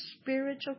spiritual